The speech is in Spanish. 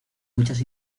muchas